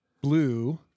Blue